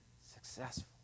successful